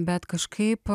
bet kažkaip